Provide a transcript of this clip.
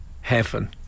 heaven